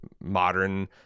modern